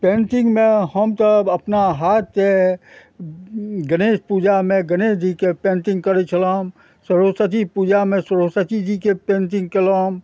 पेन्टिंगमे हम तऽ अपना हाथसँ गणेश पूजामे गणेश जीके पेन्टिंग करय छलहुँ सरस्वती पूजामे सरस्वती जीके पेन्टिंग कयलहुँ